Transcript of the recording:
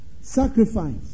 Sacrifice